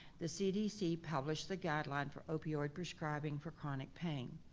the cdc published the guideline for opioid prescribing for chronic pain.